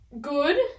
good